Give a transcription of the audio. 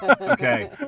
Okay